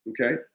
Okay